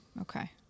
Okay